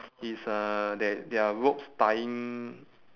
is uh there there are ropes tying